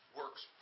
works